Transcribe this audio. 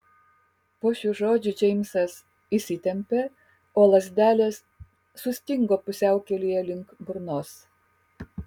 po šių žodžių džeimsas įsitempė o lazdelės sustingo pusiaukelėje link burnos